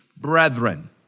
Brethren